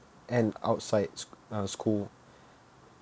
and outside uh school